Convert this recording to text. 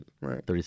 Right